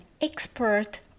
expert